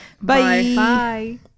Bye